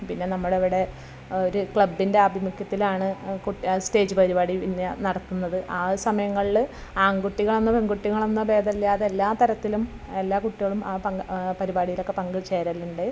പിന്നെ നമ്മൾ ഇവിടെ ഒരു ക്ലബ്ബിൻ്റെ ആഭിമുഖ്യത്തിലാണ് കുട്ടി സ്റ്റേജ് പരിപാടി പിന്നെ നടത്തുന്നത് ആ സമയങ്ങളിൽ ആൺ കുട്ടികളെന്നോ പെൺ കുട്ടികളെന്നോ ഭേദം ഇല്ലാതെ എല്ലാ തരത്തിലും എല്ലാ കുട്ടികളും ആ പങ്ക് പരിപാടിയിലൊക്കെ പങ്ക് ചേരലുണ്ട്